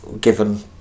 given